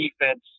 defense